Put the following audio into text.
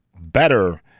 better